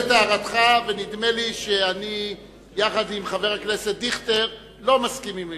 נדמה לי שאני וחבר הכנסת דיכטר לא מסכימים אתך.